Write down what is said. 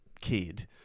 kid